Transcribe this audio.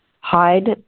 Hide